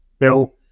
bill